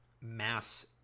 mass